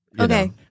Okay